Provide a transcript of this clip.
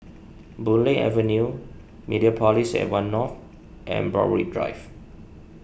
Boon Lay Avenue Mediapolis at one North and Borthwick Drive